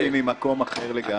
אני באתי ממקום אחר לגמרי.